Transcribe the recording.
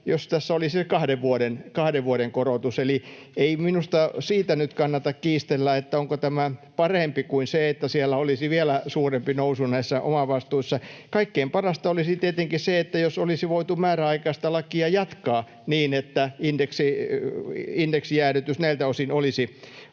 jos tässä olisi kahden vuoden korotus. Eli ei minusta nyt kannata kiistellä siitä, onko tämä parempi kuin se, että olisi vielä suurempi nousu näissä omavastuissa. Kaikkein parasta olisi tietenkin se, jos olisi voitu määräaikaista lakia jatkaa niin, että indeksijäädytys näiltä osin olisi